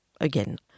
again